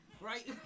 right